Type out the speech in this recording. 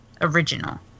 original